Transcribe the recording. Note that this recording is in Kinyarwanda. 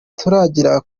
turagira